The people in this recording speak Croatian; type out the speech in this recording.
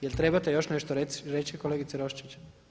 Je li trebate još nešto reći kolegice Roščić?